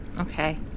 Okay